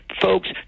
folks